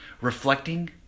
Reflecting